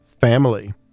family